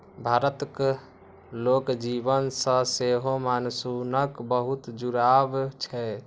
भारतक लोक जीवन सं सेहो मानसूनक बहुत जुड़ाव छै